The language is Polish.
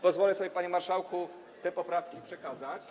Pozwolę sobie, panie marszałku, te poprawki przekazać.